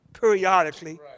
periodically